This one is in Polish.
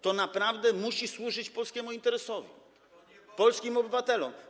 To naprawdę musi służyć polskiemu interesowi, polskim obywatelom.